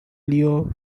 leo